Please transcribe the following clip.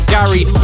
Gary